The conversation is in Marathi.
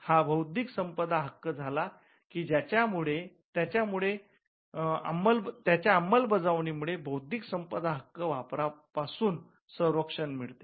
हा बौद्धिक संपदा हक्क झाला की त्याच्या अंमलबजावणी मुळे बौद्धिक संपदा हक्क वापरा पासून संरक्षण मिळते